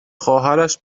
خواهرش